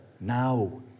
now